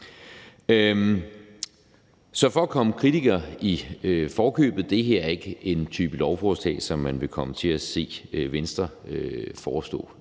Så for at komme kritikere i forkøbet: Det her ikke en type lovforslag, som man vil komme til at se Venstre foreslå